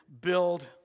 build